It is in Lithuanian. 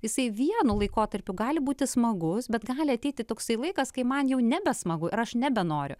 jisai vienu laikotarpiu gali būti smagus bet gali ateiti toksai laikas kai man jau nebesmagu ir aš nebenoriu